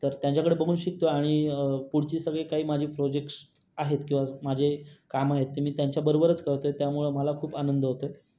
तर त्यांच्याकडे बघून शिकतो आहे आणि पुढची सगळी माझी काही प्रोजेक्टस आहेत किंवा माझे कामं आहेत ते मी त्यांच्याबरोबरच करतो आहे त्यामुळे मला खूप आनंद होतो आहे